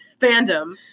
fandom